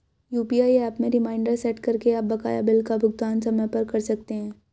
UPI app में reminder set करके आप बकाया बिल का भुगतान समय पर कर सकते हैं